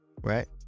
right